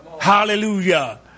Hallelujah